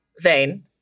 vein